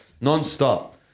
non-stop